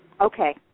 Okay